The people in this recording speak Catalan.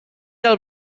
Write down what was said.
del